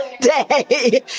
Day